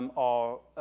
um are,